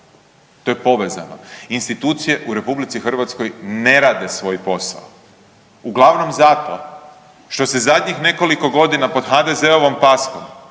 to je povezano. Institucije u RH ne rade svoj posao, uglavnom zato što se zadnjih nekoliko godina pod HDZ-ovom paskom